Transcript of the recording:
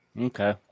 Okay